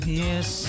yes